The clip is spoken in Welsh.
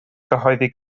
gyhoeddi